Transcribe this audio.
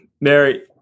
Mary